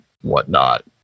whatnot